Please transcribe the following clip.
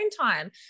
time